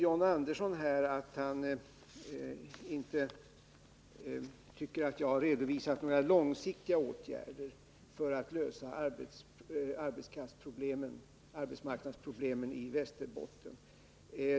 John Andersson tyckte att jag inte redovisade några långsiktiga åtgärder för att lösa arbetsmarknadsproblemen i Västerbotten.